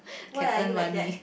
why are you like that